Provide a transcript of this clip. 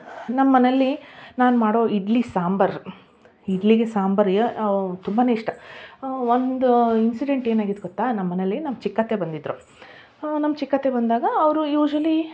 ನಮ್ಮ ಮನೇಲಿ ನಾನು ಮಾಡೋ ಇಡ್ಲಿ ಸಾಂಬಾರು ಇಡ್ಲಿಗೆ ಸಾಂಬಾರು ತುಂಬನೇ ಇಷ್ಟ ಒಂದು ಇನ್ಸಿಡೆಂಟ್ ಏನಾಗಿತ್ತು ಗೊತ್ತಾ ನಮ್ಮ ಮನೇಲಿ ನಮ್ಮ ಚಿಕ್ಕತ್ತೆ ಬಂದಿದ್ದರು ನಮ್ಮ ಚಿಕ್ಕತ್ತೆ ಬಂದಾಗ ಅವರು ಯೂಶ್ವಲಿ